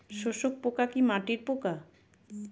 শোষক পোকা কি মাটির পোকা?